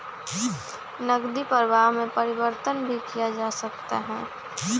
नकदी प्रवाह में परिवर्तन भी किया जा सकता है